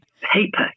paper